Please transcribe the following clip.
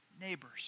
neighbors